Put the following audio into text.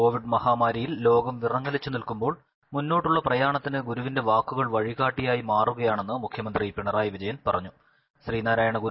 Covid മഹാമാരിയിൽ ലോകം വിറങ്ങലിച്ചു നിൽക്കുമ്പോൾ മുന്നോട്ടുള്ള പ്രയാണത്തിന് ഗുരുവിന്റെ വാക്കുകൾ വഴി കാട്ടിയായി മാറുകയാണെന്ന് മുഖ്യമന്ത്രി പിണറായി വിജയൻ പറഞ്ഞു